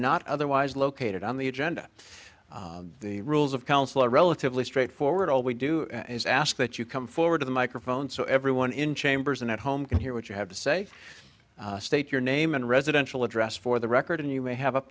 not otherwise located on the agenda the rules of counsel are relatively straightforward all we do is ask that you come forward to the microphone so everyone in chambers and at home can hear what you have to say state your name and residential address for the record and you may have up